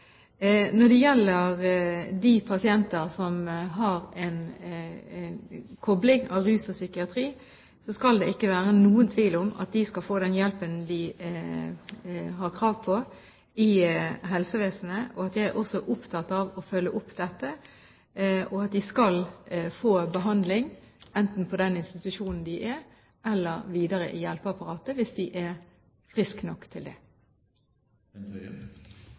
Når det gjelder de pasienter som har en kombinasjon av rus og psykisk lidelse, skal det ikke være noen tvil om at de skal få den hjelpen de har krav på i helsevesenet, og jeg er også opptatt av å følge opp dette. De skal få behandling enten på den institusjonen de er, eller videre i hjelpeapparatet hvis de er friske nok til det.